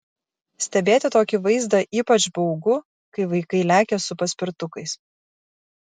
stebėti tokį vaizdą ypač baugu kai vaikai lekia su paspirtukais